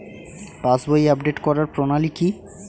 পাসবই update করার প্রণালী কি?